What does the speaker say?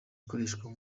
ikoreshwa